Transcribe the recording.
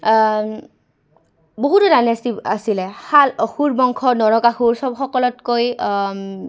বহুতো ডাইনেষ্টিৱ আছিলে শাল অসুৰ বংশ নৰকাসুৰ চব সকলতকৈ